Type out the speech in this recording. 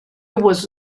was